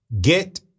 get